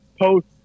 post